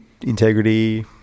Integrity